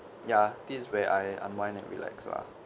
ya this where I unwind and relax lah